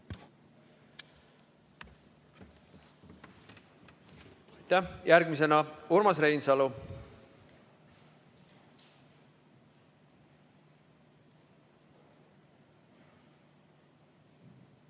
Järgmisena Urmas Reinsalu.